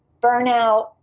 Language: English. burnout